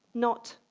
not